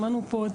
שמענו פה את